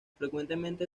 frecuentemente